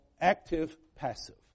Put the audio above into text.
active-passive